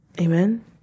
Amen